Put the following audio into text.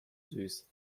süß